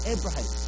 Abraham